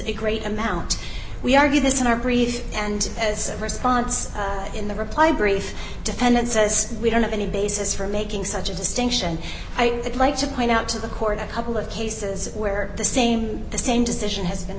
a great amount we argued this in our brief and as the st fonts in the reply brief dependent says we don't have any basis for making such a distinction i would like to point out to the court a couple of cases where the same the same decision has been